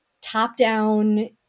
top-down